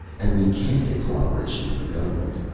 and we can't get co-operation from the government!